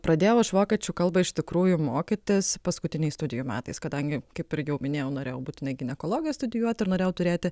pradėjau aš vokiečių kalbą iš tikrųjų mokytis paskutiniais studijų metais kadangi kaip ir jau minėjau norėjau būtinai ginekologiją studijuot ir norėjau turėti